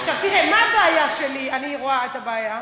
עכשיו, תראה, מה הבעיה שלי, אני רואה את הבעיה?